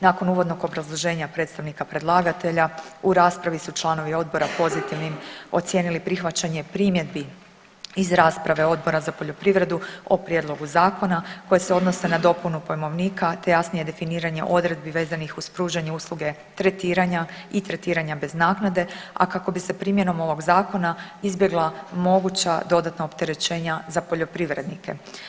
Nakon uvodnog obrazloženja predstojnika predlagatelja, u raspravi su članovi odbora pozitivnim ocijenili prihvaćanje primjedbi iz rasprave Odbora za poljoprivredu o prijedlogu zakona koji se odnose na dopunu pojmovnika te jasnije definiranje odredbi vezanih uz pružanje usluge tretiranja i tretiranja bez naknade a kako bi se primjenom ovog zakona izbjegla moguća dodatna opterećenja za poljoprivrednike.